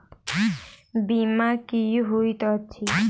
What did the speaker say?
बीमा की होइत छी?